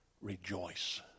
Rejoice